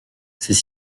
ces